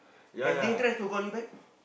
have they try to call you back